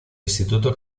instituto